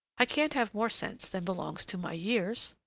i can't have more sense than belongs to my years.